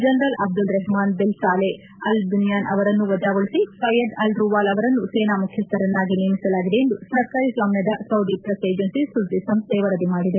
general Abdul Rahman bin Saleh al Bunyan ಅವರನ್ನು ವಜಾಗೊಳಿಸಿ Fayyad al Ruwaili ಅವರನ್ನು ಸೇನಾ ಮುಖ್ಯಸ್ದರನ್ನಾಗಿ ನೇಮಿಸಲಾಗಿದೆ ಎಂದು ಸರ್ಕಾರಿ ಸ್ವಾಮ್ಯದ ಸೌದಿ ಪ್ರೆಸ್ ಏಜೆನ್ಟಿ ಸುದ್ದಿ ಸಂಸ್ಡೆ ವರದಿ ಮಾಡಿದೆ